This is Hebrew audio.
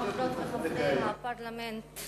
חברות וחברי הפרלמנט,